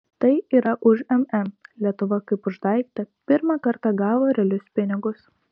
tai yra už mn lietuva kaip už daiktą pirmą kartą gavo realius pinigus